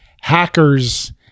hackers